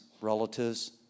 relatives